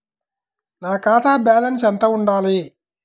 నా ఖాతా బ్యాలెన్స్ ఎంత ఉండాలి?